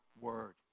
word